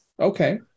Okay